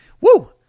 Woo